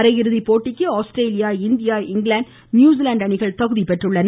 அரையிறுதிப் போட்டிக்கு Australia India England New Zealand அணிகள் தகுதிபெற்றுள்ளன